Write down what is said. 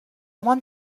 want